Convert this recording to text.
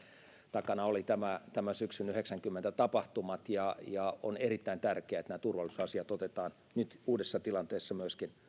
takana oli nämä syksyn yhdeksänkymmentä tapahtumat on erittäin tärkeää että nämä turvallisuusasiat otetaan myöskin nyt uudessa tilanteessa